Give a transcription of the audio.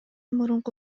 мурунку